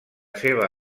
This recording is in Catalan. seva